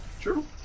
True